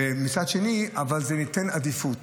ומצד שני זה ייתן עדיפות.